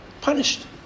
punished